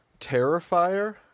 Terrifier